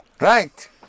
Right